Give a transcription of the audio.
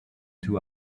two